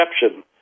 perception